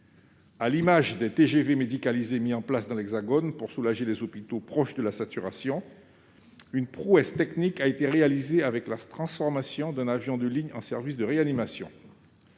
À l'image des TGV médicalisés mis en place dans l'Hexagone pour soulager les hôpitaux proches de la saturation, une prouesse technique a été réalisée avec la transformation d'un avion de ligne en service de réanimation.